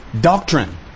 Doctrine